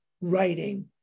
writing